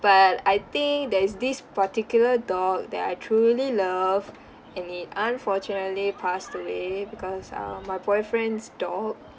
but I think there's this particular dog that I truly love and it unfortunately passed away because err my boyfriend's dog